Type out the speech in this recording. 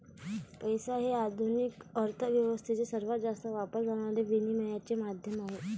पैसा हे आधुनिक अर्थ व्यवस्थेत सर्वात जास्त वापरले जाणारे विनिमयाचे माध्यम आहे